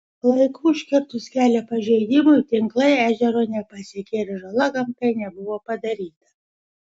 laiku užkirtus kelią pažeidimui tinklai ežero nepasiekė ir žala gamtai nebuvo padaryta